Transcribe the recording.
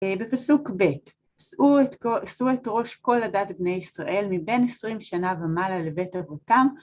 בפסוק ב', שאו את ראש כל הדת בני ישראל מבין עשרים שנה ומעלה לבית אבותם